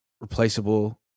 replaceable